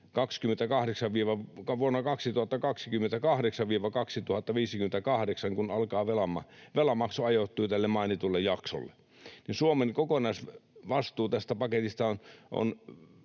Vuosina 2028—2058, kun velanmaksu ajoittuu tälle mainitulle jaksolle, Suomen kokonaisvastuu tästä paketista on